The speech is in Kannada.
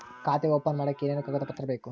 ಖಾತೆ ಓಪನ್ ಮಾಡಕ್ಕೆ ಏನೇನು ಕಾಗದ ಪತ್ರ ಬೇಕು?